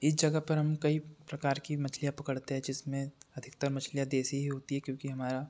इस जगह पर हम कई प्रकार की मछलियाँ पकड़ते है जिसमें अधिकतर मछलियाँ देशी ही होती है क्योंकि हमारा